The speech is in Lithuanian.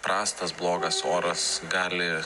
prastas blogas oras gali